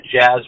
jazz